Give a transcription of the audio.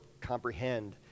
comprehend